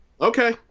Okay